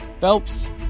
Phelps